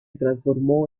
transformó